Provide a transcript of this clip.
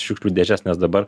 šiukšlių dėžes nes dabar